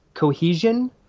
cohesion